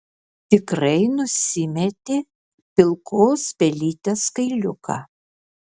tikrai nusimetė pilkos pelytės kailiuką